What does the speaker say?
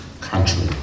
country